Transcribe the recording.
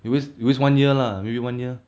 you waste you waste one year lah maybe one year